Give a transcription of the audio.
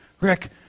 Rick